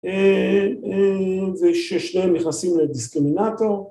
וששניהם נכנסים לדיסקרימינטור